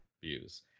views